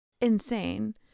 Insane